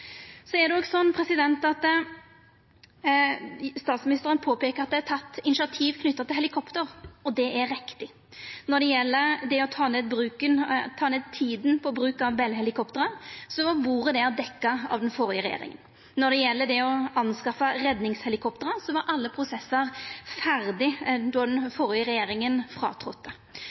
det. Statsministeren påpeiker at det er teke initiativ knytt til helikopter, og det er riktig. Når det gjeld det å ta ned tida i bruken av Bell Helicopter, var bordet der dekt av den førre regjeringa. Når det gjeld det å skaffa redningshelikopter, var alle prosessar ferdige då den førre regjeringa